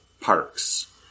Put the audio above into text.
parks